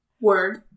word